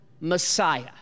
Messiah